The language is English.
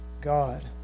God